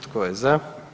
Tko je za?